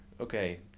okay